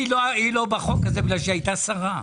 היא לא בחוק הזה כי היא הייתה שרה.